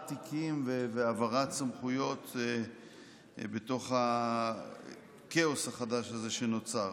תיקים והעברת סמכויות בתוך הכאוס החדש הזה שנוצר.